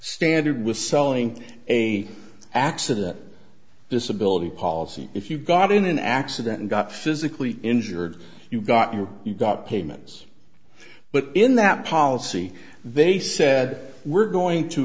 standard was selling a accident disability policy if you got in an accident and got physically injured you got you you got payments but in that policy they said we're going to